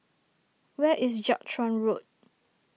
where is Jiak Chuan Road